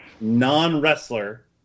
non-wrestler